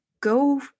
go